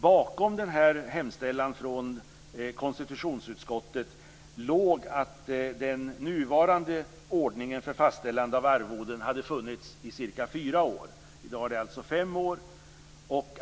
Bakom konstitutionsutskottets hemställan låg att den nuvarande ordningen för fastställande av arvoden då hade funnits i cirka fyra år. Nu har den alltså funnits i fem år.